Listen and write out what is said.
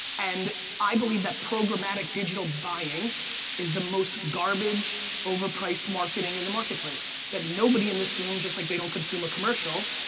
and i believe that programmatic digital buying is the most garbage overpriced marketing in the marketplace that nobody in this room, just like they don't consume a commercial,